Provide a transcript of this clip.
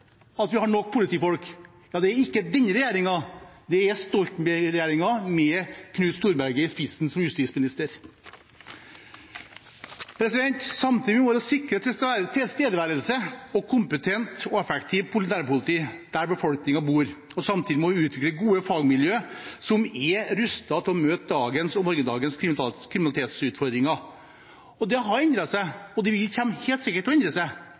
at vi har nok politifolk, er ikke denne regjeringen – det er Stoltenberg-regjeringen med Knut Storberget i spissen som justisminister. Vi må sikre tilstedeværelse og kompetent og effektivt nærpoliti der befolkningen bor, og samtidig må vi utvikle gode fagmiljø som er rustet til å møte dagens og morgendagens kriminalitetsutfordringer. Det har endret seg, og det kommer helt sikkert til å endre seg.